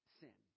sin